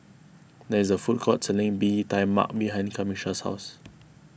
there is a food court selling Bee Tai Mak behind Camisha's house